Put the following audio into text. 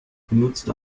benutzt